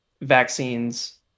vaccines